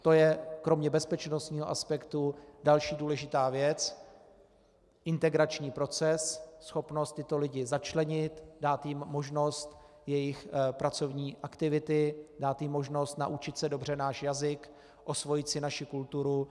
To je kromě bezpečnostního aspektu další důležitá věc integrační proces, schopnost tyto lidi začlenit, dát jim možnost pracovní aktivity, dát jim možnost naučit se dobře náš jazyk, osvojit si naši kulturu.